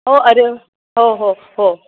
हो अरे वा हो हो हो